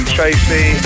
Tracy